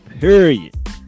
Period